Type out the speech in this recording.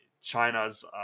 China's